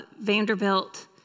Vanderbilt